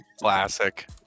Classic